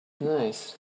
Nice